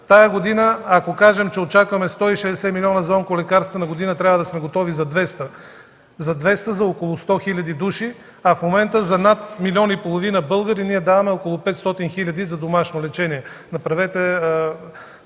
Тази година, ако кажем, че очакваме 160 милиона за онколекарства, догодина трябва да сме готови за 200, за около 100 хил. души, а в момента за над милион и половина българи ние даваме около 500 хил. за домашно лечение.